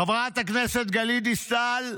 חברת הכנסת גלית דיסטל,